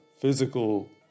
physical